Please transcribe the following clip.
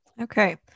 Okay